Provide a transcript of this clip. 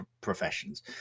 professions